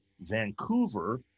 Vancouver